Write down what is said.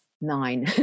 nine